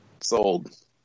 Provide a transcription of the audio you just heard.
Sold